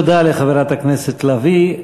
תודה לחברת הכנסת לביא.